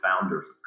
founders